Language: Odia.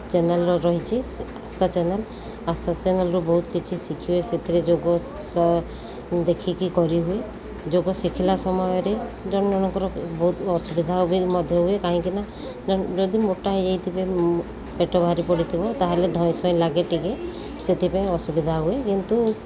ଚ୍ୟାନେଲ୍ ରହିଛି ଆସ୍ଥା ଚ୍ୟାନେଲ୍ ଆସ୍ଥା ଚ୍ୟାନେଲ୍ରୁ ବହୁତ କିଛି ଶିଖିହୁଏ ସେଥିରେ ଯୋଗ ଦେଖିକି କରିହୁଏ ଯୋଗ ଶିଖିଲା ସମୟରେ ଜଣ ଜଣଙ୍କର ବହୁତ ଅସୁବିଧା ହୁଏ ମଧ୍ୟ ହୁଏ କାହିଁକିନା ଯଦି ମୋଟା ହୋଇଯାଇଥିବେ ପେଟ ଭାରି ପଡ଼ିଥିବ ତା'ହେଲେ ଧଇଁସଇଁ ଲାଗେ ଟିକିଏ ସେଥିପାଇଁ ଅସୁବିଧା ହୁଏ କିନ୍ତୁ